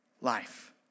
life